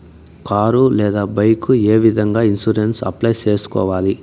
car లేదా bike ఏ విధంగా ఇన్సూరెన్సు అప్లై సేసుకోవాలి